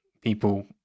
people